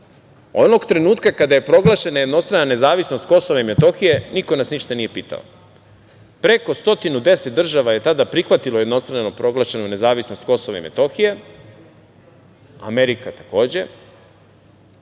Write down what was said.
Onog trenutka kada je proglašena jednostrana nezavisnost Kosova i Metohije niko nas ništa nije pitao. Preko 110 država je tada prihvatilo jednostranu proglašenu nezavisnost Kosova i Metohije, Amerika takođe. Ukoliko